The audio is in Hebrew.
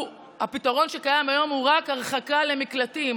הפתרון שקיים היום הוא רק הרחקה למקלטים,